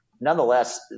Nonetheless